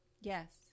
Yes